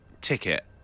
Ticket